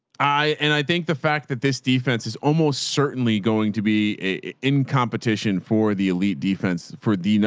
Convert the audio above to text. i, and i think the fact that this defense is almost certainly going to be in competition for the elite defense, for the, you know